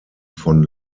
von